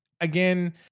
again